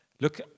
look